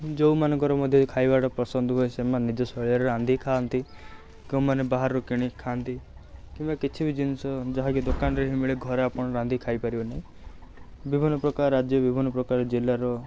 ଯେଉଁମାନଙ୍କର ମଧ୍ୟ ଏ ଖାଇବାଟା ପସନ୍ଦ ହୁଏ ସେମାନେ ନିଜ ଶୈଳିରେ ରାନ୍ଧିକି ଖାଆନ୍ତି କେଉଁମାନେ ବାହାରୁ କିଣିକି ଖାଆନ୍ତି କିମ୍ବା କିଛିବି ଜିନିଷ ଯାହାକି ଦୋକାନରେ ହିଁ ମିଳେ ଘରେ ଆପଣ ରାନ୍ଧିକି ଖାଇପାରିବେ ନାହିଁ ବିଭିନ୍ନ ପ୍ରକାର ରାଜ୍ୟ ବିଭିନ୍ନ ପ୍ରକାର ଜିଲ୍ଲାର